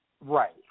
Right